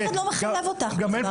אף אחד לא מחייב אותך לדבר כזה.